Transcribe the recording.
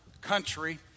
country